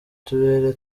turere